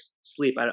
sleep